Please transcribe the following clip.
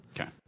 Okay